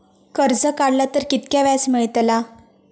कर्ज काडला तर कीतक्या व्याज मेळतला?